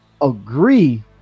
agree